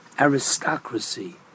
aristocracy